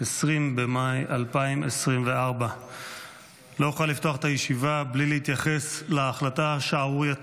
20 במאי 2024. לא אוכל לפתוח את הישיבה בלי להתייחס להחלטה השערורייתית